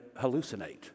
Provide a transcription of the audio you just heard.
hallucinate